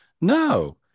no